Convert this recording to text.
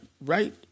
right